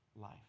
life